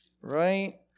right